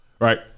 right